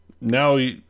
now